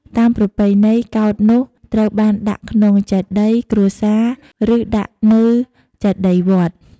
តាមប្រពៃណី កោដ្ឋនោះត្រូវបានដាក់ក្នុងចេតិយគ្រួសារ ឬ ដាក់នៅចេតិយវត្ត។